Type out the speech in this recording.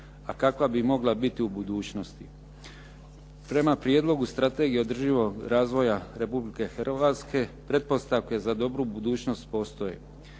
a kakva bi mogla biti u budućnosti. Prema Prijedlogu strategije održivog razvoja Republike Hrvatske, pretpostavke za dobru budućnost postoje.